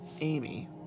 Amy